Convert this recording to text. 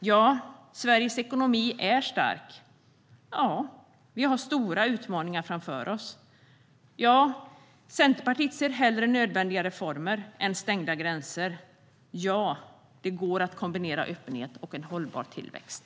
Ja, Sveriges ekonomi är stark. Ja, vi har stora utmaningar framför oss. Ja, Centerpartiet ser hellre nödvändiga reformer än stängda gränser. Ja, det går att kombinera öppenhet och en hållbar tillväxt.